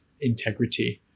integrity